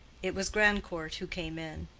it was grandcourt who came in.